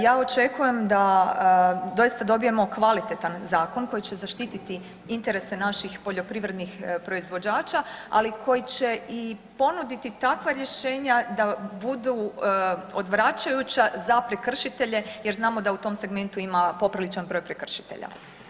Ja očekujem da doista dobijemo kvalitetan zakon koji će zaštititi interese naših poljoprivrednih proizvođača, ali koji će i ponuditi takva rješenja da budu odvraćajuća za prekršitelje jer znamo da u tom segmentu ima popriličan broj prekršitelja.